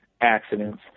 accidents